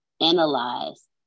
analyze